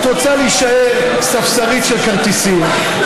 את רוצה להישאר ספסרית של כרטיסים,